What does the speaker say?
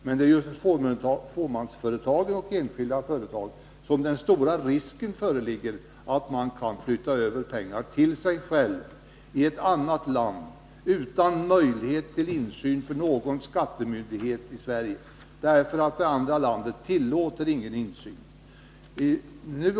Men när det gäller just fåmansföretag och enskilda företag finns det stor risk för att man flyttar över pengar till sig själv i ett annat land utan möjlighet till insyn för någon skattemyndighet i Sverige, eftersom det andra landet inte tillåter någon insyn.